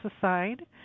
aside